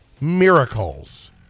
Miracles